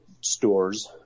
stores